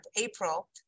April